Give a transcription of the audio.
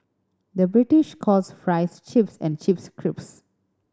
the British calls fries chips and chips crisps